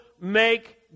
make